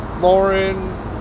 Lauren